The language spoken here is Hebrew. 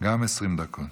גם 20 דקות.